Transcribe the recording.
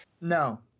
No